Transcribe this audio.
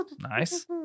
Nice